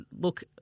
look